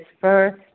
first